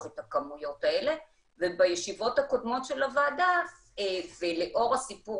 את הכמויות האלה ובישיבות הקודמות של הוועדה ולאור הסיפור